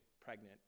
pregnant